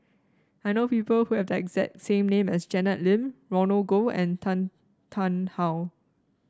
I know people who have the exact same name as Janet Lim Roland Goh and Tan Tarn How